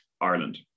Ireland